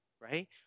right